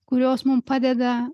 kurios mum padeda